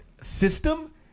system